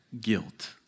guilt